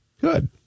Good